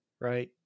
right